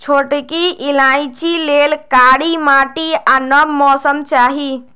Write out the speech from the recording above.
छोटकि इलाइचि लेल कारी माटि आ नम मौसम चाहि